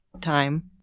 time